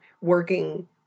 working